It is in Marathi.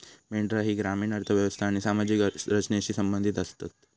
मेंढरा ही ग्रामीण अर्थ व्यवस्था आणि सामाजिक रचनेशी संबंधित आसतत